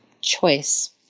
choice